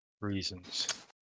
reasons